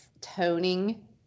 toning